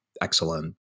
excellent